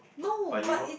but you don't